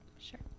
Sure